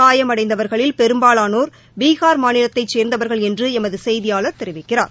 காயமடைந்தவர்களின்ல் பெரும்பாலானோர் பீகார் மாநிலத்தைச் சேர்ந்தவர்கள் என்றுஎமதுசெய்தியாளர் தெரிவிக்கிறார்